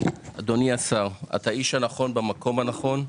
השר, אתה האיש הנכון במקום הנכון.